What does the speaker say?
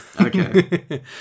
Okay